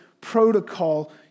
protocol